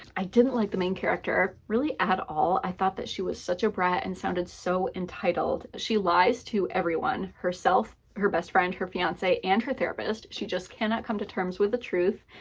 i didn't like the main character really at all. i thought that she was such a brat and sounded so entitled. she lies to everyone herself, her best friend, her fiance, and her therapist. she just cannot come to terms with the truth.